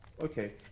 okay